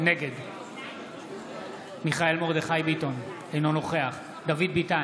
נגד מיכאל מרדכי ביטון, אינו נוכח דוד ביטן,